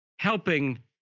Helping